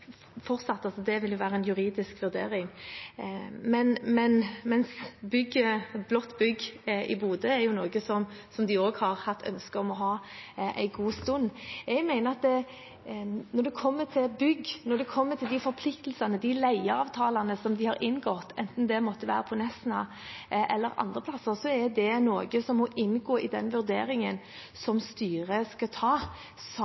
det vil være en juridisk vurdering. Blått bygg i Bodø er jo noe som de også har hatt ønske om en god stund. Jeg mener at når det kommer til bygg, når det kommer til de forpliktelsene, de leieavtalene, som de har inngått, enten det måtte være på Nesna eller andre plasser, er det noe som må inngå i den vurderingen